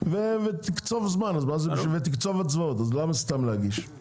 ותקצוב הצבעות, אז למה סתם להגיש?